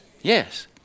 Yes